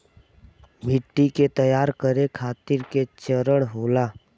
मिट्टी के तैयार करें खातिर के चरण होला?